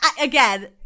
again